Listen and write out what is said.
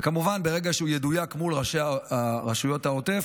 וכמובן שברגע שהוא ידויק מול ראשי רשויות העוטף,